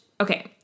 okay